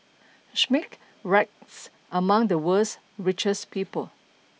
Schmidt ranks among the world's richest people